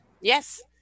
Yes